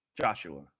Joshua